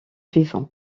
vivants